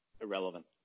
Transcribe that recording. irrelevant